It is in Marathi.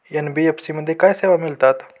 एन.बी.एफ.सी मध्ये काय सेवा मिळतात?